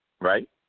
right